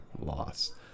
loss